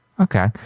Okay